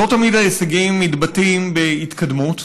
לא תמיד ההישגים מתבטאים בהתקדמות,